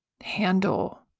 handle